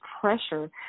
pressure